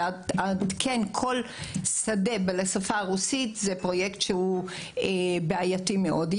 לעדכן כל שדה לשפה הרוסית זה פרויקט שהוא בעייתי מאוד.